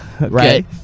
Right